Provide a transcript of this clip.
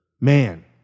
man